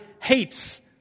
hates